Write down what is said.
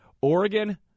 Oregon